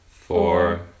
four